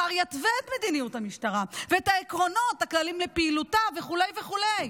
השר יתווה את מדיניות המשטרה ואת העקרונות הכלליים לפעילותה" וכו' וכו'.